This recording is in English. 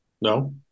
No